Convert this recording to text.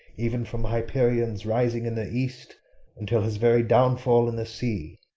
even from hyperion's rising in the east until his very downfall in the sea.